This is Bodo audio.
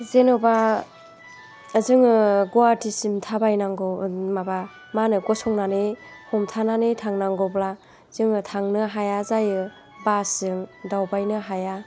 जेनेबा जोङो गुवाहाटिसिम थाबाय नांगौ माबा मा होनो गसंनानै हमथानानै थांनांगौब्ला जोङो थांनो हाया जायो बासजों दावबायनो हाया